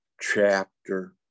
chapter